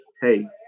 hey